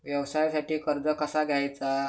व्यवसायासाठी कर्ज कसा घ्यायचा?